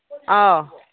ꯑꯥꯎ